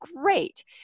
great